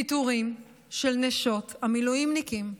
פיטורים של נשות המילואימניקים,